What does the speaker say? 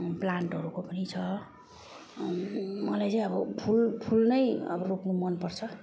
प्लान्टहरूको पनि छ मलाई चाहिँ अब फुल फुल नै अब रोप्नु मनपर्छ